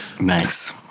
Nice